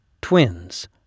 twins